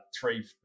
three